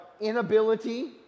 inability